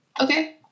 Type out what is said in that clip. Okay